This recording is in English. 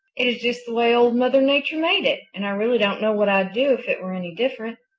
it is just the way old mother nature made it, and i really don't know what i'd do if it were any different.